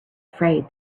afraid